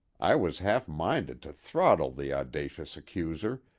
i was half-minded to throttle the audacious accuser,